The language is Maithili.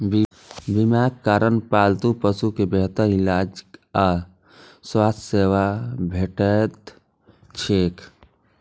बीमाक कारण पालतू पशु कें बेहतर इलाज आ स्वास्थ्य सेवा भेटैत छैक